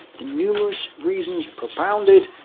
the numerous reasons propounded,